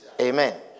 Amen